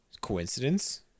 coincidence